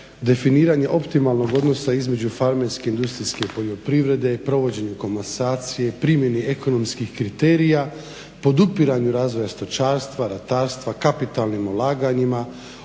definiranje optimalnog odnosa između farmerske i industrijske poljoprivrede, provođenje komasacije, primjeni ekonomskih kriterija, podupiranju razvoja stočarstva, ratarstva, kapitalnim ulaganjima,